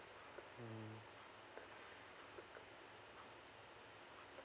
mm